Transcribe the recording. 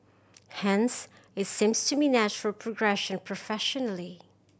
hence it seems to me a natural progression professionally